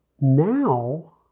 Now